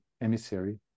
Emissary